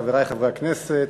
חברי חברי הכנסת,